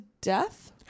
death